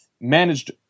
managed